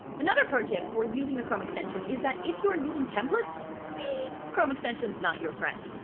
another pro tip for using the chrome extension is that if you are using templates, the chrome extensions, not your friend,